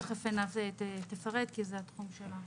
תיכף עינב תפרט, כי זו התחום שלה.